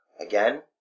Again